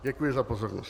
Děkuji za pozornost.